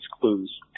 clues